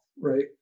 right